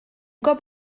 cop